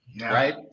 right